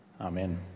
Amen